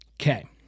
Okay